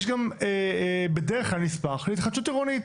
יש גם בדרך כלל נספח של התחדשות עירונית.